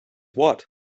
what